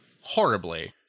horribly